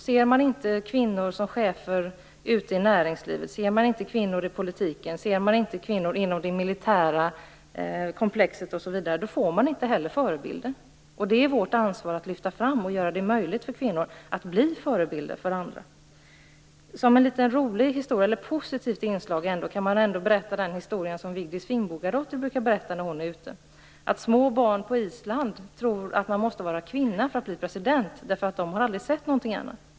Ses inte kvinnor i chefsställning ute i näringslivet, i politiken, inom det militära osv. då får man inte heller några förebilder. Det är vårt ansvar att göra det möjligt för kvinnor att bli förebilder för andra. Som ett positiv inslag vill jag berätta den lilla historia som Vigdis Finnbogadottir brukar berätta. Små barn på Island tror att man måste vara kvinna för att bli president, därför att de har aldrig sett någonting annat.